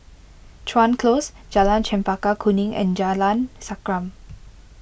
Chuan Close Jalan Chempaka Kuning and Jalan Sankam